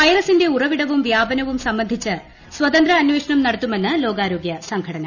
വൈറസിന്റെ ഉറവിടവും വ്യാപനവും സംബന്ധിച്ച് സ്വതന്ത്ര അന്വേഷണം നടത്തുമെന്ന് ലോകാരോഗ്യ സംഘടന